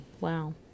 wow